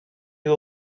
you